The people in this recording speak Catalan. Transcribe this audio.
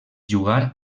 jugar